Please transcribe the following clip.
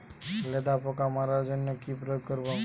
লেদা পোকা মারার জন্য কি প্রয়োগ করব?